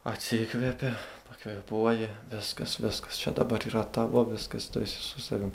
atsikvėpi pakvėpuoji viskas viskas čia dabar yra tavo viskas tu esi su savim